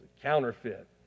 counterfeit